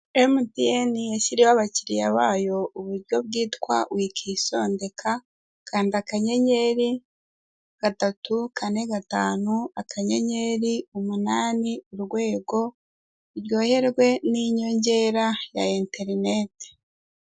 Emutiyeni yashyiriho abakiriya bayo uburyo bwitwa wikisondeka kanda akannyeri gatatu kane gatanu akanyenyeri umunani urwego uryoherwe n'inyongera ya interineti.